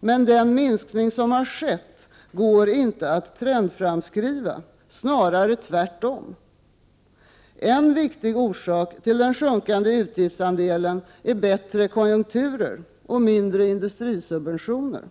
Men den minskning som har skett går inte att trendframskriva, snarare tvärtom. En viktig orsak till den sjunkande utgiftsandelen är bättre konjunkturer och mindre industrisubventioner.